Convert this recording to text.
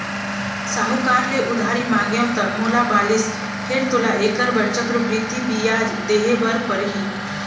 साहूकार ले उधारी मांगेंव त मोला बालिस फेर तोला ऐखर बर चक्रबृद्धि बियाज देहे बर परही